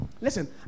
Listen